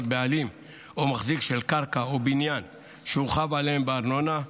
בעלים או מחזיק של קרקע או בניין שהוא חב עליהם בארנונה,